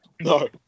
No